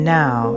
now